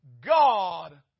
God